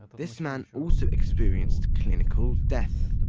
this man also experienced clinical death.